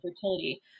fertility